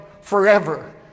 forever